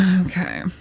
Okay